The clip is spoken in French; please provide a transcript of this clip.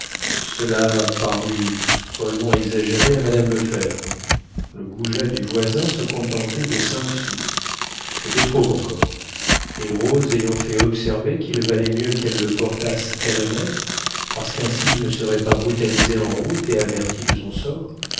cela parut follement exagéré à mme lefèvre le goujat du voisin se contentait de cinq sous c'était trop encore et rose ayant fait observer qu'il valait mieux qu'elles le portassent elles-mêmes parce qu'ainsi il ne serait pas brutalisé en route et averti de son sort